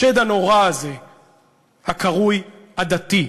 השד הנורא הזה הקרוי עדתי,